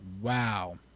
Wow